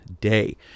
day